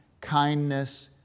kindness